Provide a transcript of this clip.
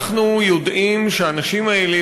אנחנו יודעים שהאנשים האלה,